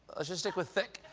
let's just stick with thick.